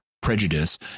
prejudice